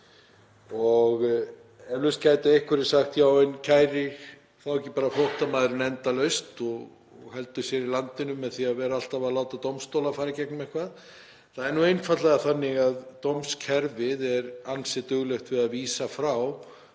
Eflaust gætu einhverjir sagt: Já, en kærir þá ekki bara flóttamaðurinn endalaust og heldur sér í landinu með því að vera alltaf að láta dómstóla fara í gegnum eitthvað? Það er nú einfaldlega þannig að dómskerfið er ansi duglegt við að vísa frá